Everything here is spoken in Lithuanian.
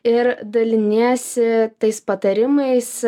ir daliniesi tais patarimais